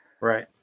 Right